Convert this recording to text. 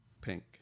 pink